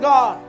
God